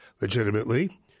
legitimately